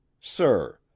sir